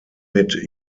mit